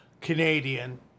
Canadian